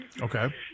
Okay